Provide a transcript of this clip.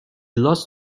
lost